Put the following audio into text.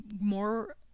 more